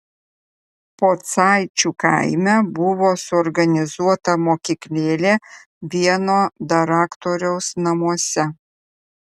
pocaičių kaime buvo suorganizuota mokyklėlė vieno daraktoriaus namuose